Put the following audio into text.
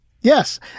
Yes